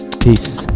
Peace